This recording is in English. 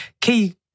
key